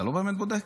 אתה לא באמת בודק?